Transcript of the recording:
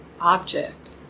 object